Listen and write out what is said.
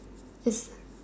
is